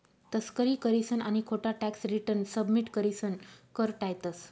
तस्करी करीसन आणि खोटा टॅक्स रिटर्न सबमिट करीसन कर टायतंस